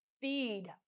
feed